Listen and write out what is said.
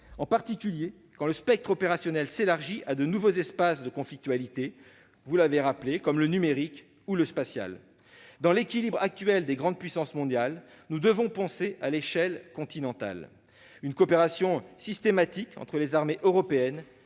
en particulier quand le spectre opérationnel s'élargit à de nouveaux espaces de conflictualité comme le numérique ou le spatial- vous l'avez rappelé, monsieur le Premier ministre. Dans l'équilibre actuel des grandes puissances mondiales, nous devons penser à l'échelle continentale. Une coopération systématique entre les armées européennes